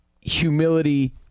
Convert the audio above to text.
humility